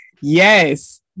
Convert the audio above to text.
yes